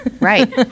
Right